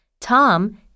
Tom